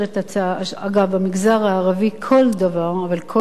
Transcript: במגזר הערבי כל דבר יותר גרוע,